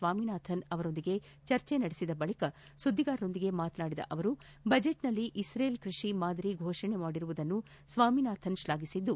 ಸ್ವಾಮಿನಾಥನ್ ಅವರೊಂದಿಗೆ ಚರ್ಚೆ ನಡೆಸಿದ ಬಳಿಕ ಸುದ್ದಿಗಾರರೊಂದಿಗೆ ಮಾತನಾಡಿದ ಅವರು ಬಜೆಟ್ ನಲ್ಲಿ ಇಕ್ರೆಲ್ ಕೃಷಿ ಮಾದರಿ ಘೋಷಣೆ ಮಾಡಿರುವುದನ್ನು ಸ್ವಾಮಿನಾಥನ್ ಶ್ಲಾಘಿಸಿದ್ದು